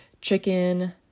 chicken